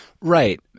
Right